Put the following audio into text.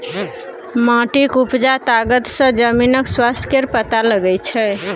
माटिक उपजा तागत सँ जमीनक स्वास्थ्य केर पता लगै छै